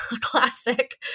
classic